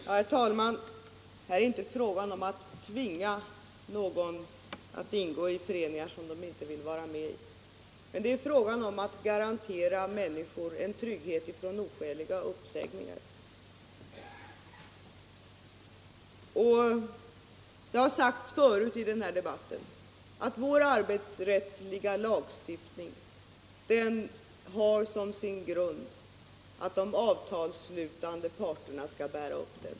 Herr talman! Här är det inte fråga om att tvinga någon att ingå i föreningar som man inte vill vara med i. Det är fråga om att garantera människor en trygghet mot oskäliga uppsägningar. Det har sagts förut i den här debatten att vår arbetsrättsliga lagstiftning har som sin grund att de avtalsslutande parterna skall bära upp den.